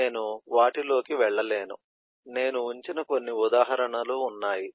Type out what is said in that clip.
నేను వాటిలోకి వెళ్ళలేను నేను ఉంచిన కొన్ని ఉదాహరణలు ఉన్నాయి